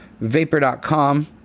Vapor.com